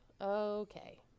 Okay